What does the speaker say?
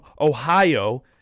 Ohio